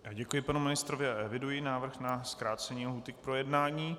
Já děkuji panu ministrovi a eviduji návrh na zkrácení lhůty k projednání.